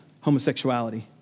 homosexuality